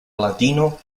latino